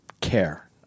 care